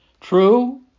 True